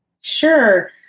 Sure